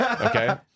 Okay